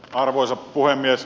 arvoisa puhemies